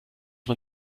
man